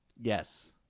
Yes